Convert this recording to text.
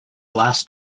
glass